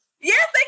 Yes